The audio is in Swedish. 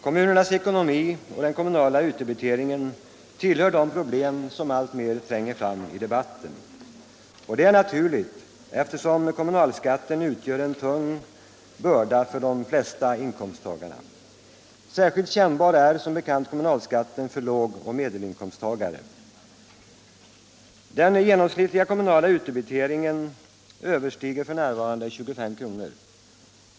Kommunernas ekonomi och den kommunala utdebiteringen tillhör de problem som alltmer tränger fram i debatten. Det är naturligt eftersom kommunalskatten utgör en tung börda för de flesta inkomsttagare. Särskilt kännbar är som bekant kommunalskatten för lågoch medelinkomsttagarna. Den genomsnittliga kommunala utdebiteringen överstiger f. n. 25 kr.